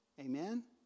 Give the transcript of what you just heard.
Amen